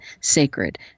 sacred